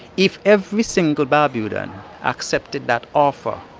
if every single barbudan accepted that offer,